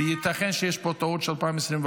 וייתכן שיש פה טעות ב-2024,